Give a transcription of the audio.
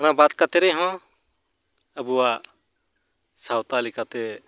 ᱚᱱᱟ ᱵᱟᱫ ᱠᱟᱛᱮ ᱨᱮᱦᱚᱸ ᱟᱵᱚᱣᱟᱜ ᱥᱟᱶᱛᱟ ᱞᱮᱠᱟᱛᱮ